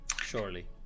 Surely